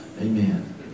Amen